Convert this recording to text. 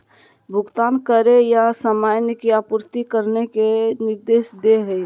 भुगतान करे या सामान की आपूर्ति करने के निर्देश दे हइ